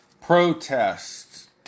protests